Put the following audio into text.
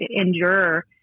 endure